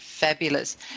Fabulous